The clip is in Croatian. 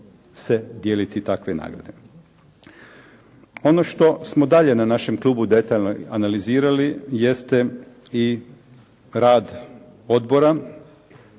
se dijeliti takve nagrade. Ono što smo dalje na našem klubu detaljno analizirali jeste i rad Odbora